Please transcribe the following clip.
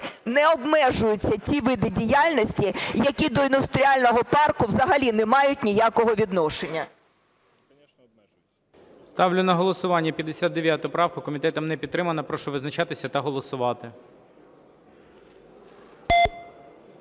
не обмежуються ті види діяльності, які до індустріального парку взагалі не мають ніякого відношення. ГОЛОВУЮЧИЙ. Ставлю на голосування 59 правку. Комітетом не підтримана. Прошу визначатися та голосувати.